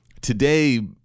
Today